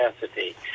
capacity